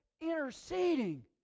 interceding